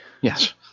Yes